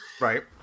Right